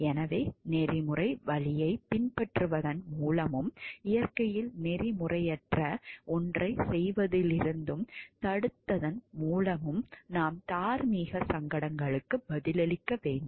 எனவே நெறிமுறை வழியைப் பின்பற்றுவதன் மூலமும் இயற்கையில் நெறிமுறையற்ற ஒன்றைச் செய்வதிலிருந்து தடுத்ததன் மூலமும் நாம் தார்மீக சங்கடங்களுக்கு பதிலளிக்க வேண்டும்